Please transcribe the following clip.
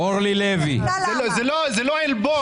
זה לא עלבון.